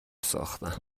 ساختم